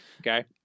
okay